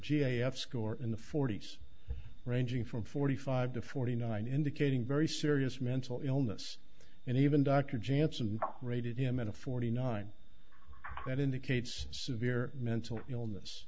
i f score in the forty's ranging from forty five to forty nine indicating very serious mental illness and even dr janssen rated him in a forty nine that indicates severe mental illness